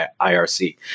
IRC